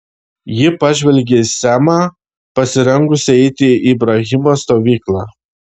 ji pažvelgė į semą pasirengusį eiti į ibrahimo stovyklą